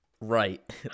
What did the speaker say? right